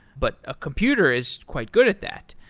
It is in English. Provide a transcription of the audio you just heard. but a computer is quite good at that.